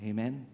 Amen